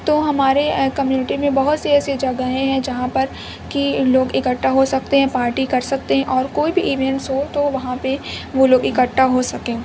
تو ہمارے کمیونٹی میں بہت سی ایسی جگہیں ہیں جہاں پر کہ لوگ اکٹھا ہو سکتے ہیں پارٹی کر سکتے ہیں اور کوئی بھی ایونٹس ہو تو وہاں پہ وہ لوگ اکٹھا ہو سکیں